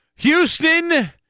Houston